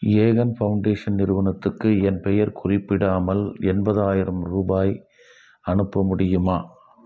ஏகன் foundation நிறுவனத்துக்கு என் பெயர் குறிப்பிடாமல் எண்பதாயிரம் ரூபாய் அனுப்ப முடியுமா